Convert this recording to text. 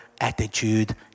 attitude